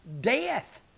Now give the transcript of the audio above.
Death